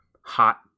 hot